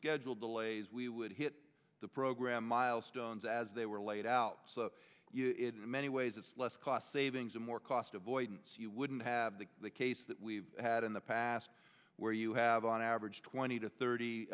schedule delays we would hit the program milestones as they were laid out it in many ways it's less cost savings and more cost avoidance you wouldn't have the case that we've had in the past where you have on average twenty to thirty